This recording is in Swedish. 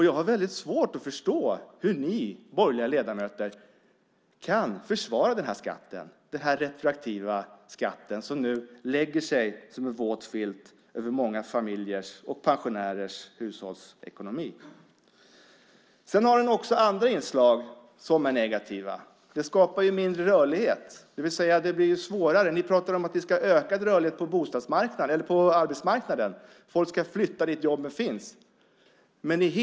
Jag har väldigt svårt att förstå hur ni borgerliga ledamöter kan försvara den här skatten, den retroaktiva skatt som nu lägger sig som en våt filt över många familjers och pensionärers hushållsekonomi. Den har också andra inslag som är negativa. Den skapar mindre rörlighet. Ni pratar om att ni ska ha ökad rörlighet på arbetsmarknaden. Folk ska flytta dit där jobben finns.